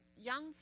Young